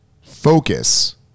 focus